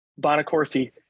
Bonacorsi